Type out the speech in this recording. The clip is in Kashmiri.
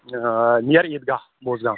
نِٮ۪یَر عیٖدگاہ بوزگام